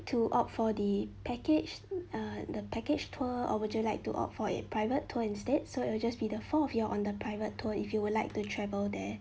to opt for the package uh the package tour or would you like to opt for a private tour instead so it will just be the four of you on the private tour if you would like to travel there